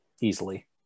easily